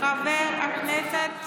חבר הכנסת,